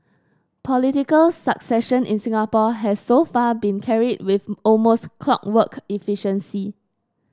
political succession in Singapore has so far been carried with almost clockwork efficiency